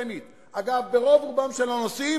רק בשאלה הזאת, לא בשלום,